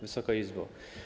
Wysoka Izbo!